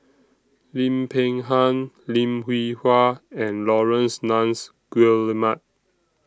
Lim Peng Han Lim Hwee Hua and Laurence Nunns Guillemard